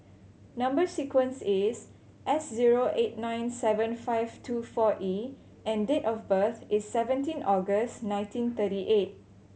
number sequence is S zero eight nine seven five two four E and date of birth is seventeen August nineteen thirty eight